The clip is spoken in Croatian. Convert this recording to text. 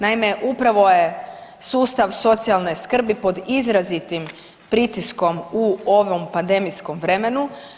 Naime, upravo je sustav socijalne skrbi pod izrazitim pritiskom u ovom pandemijskom vremenu.